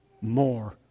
more